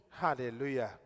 Hallelujah